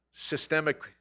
systemic